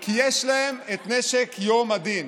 כי יש להם את נשק יום הדין,